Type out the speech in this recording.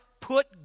put